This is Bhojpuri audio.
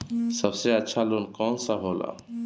सबसे अच्छा लोन कौन सा होला?